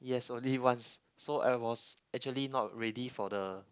yes only once so I was actually not ready for the